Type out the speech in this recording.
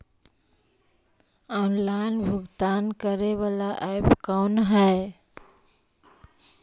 Online भुगतान करे बाला ऐप कौन है?